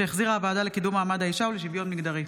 שהחזירה הוועדה לקידום מעמד האישה ולשוויון מגדרי.